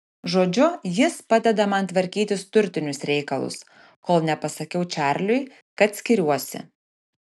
žodžiu jis padeda man tvarkytis turtinius reikalus kol nepasakiau čarliui kad skiriuosi